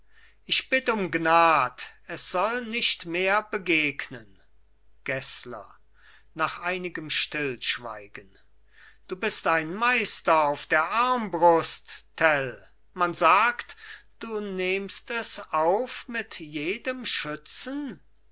ich bitt um gnad es soll nicht mehr begegnen gessler nach einigem stillschweigen du bist ein meister auf der armbrust tell man sagt du nähmst es auf mit jedem schützen